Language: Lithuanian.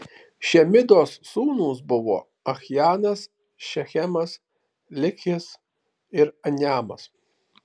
šemidos sūnūs buvo achjanas šechemas likhis ir aniamas